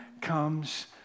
comes